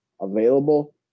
available